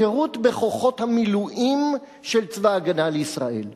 שירות בכוחות המילואים של צבא-הגנה לישראל (להלן: